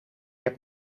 heb